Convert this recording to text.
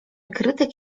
krytyk